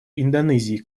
индонезии